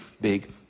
big